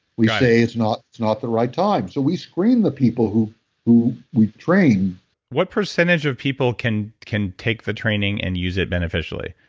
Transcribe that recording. we say it's not not the right time. so, we screen the people who who we've trained what percentage of people can can take the training and use it beneficially?